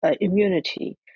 immunity